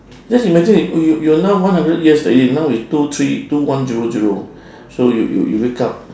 just imagine you you are now one hundred years already now is two three two one zero zero so you you you wake up